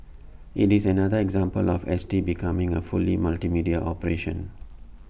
IT is another example of S T becoming A fully multimedia operation